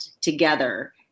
together